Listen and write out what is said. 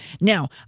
now